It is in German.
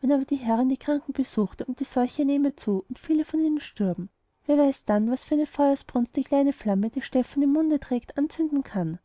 wenn aber die herrin die kranken besuchte und die seuche nähme zu und viele von ihnen stürben wer weiß dann was für eine feuersbrunst die kleine flamme die stephan im munde trägt anzünden kann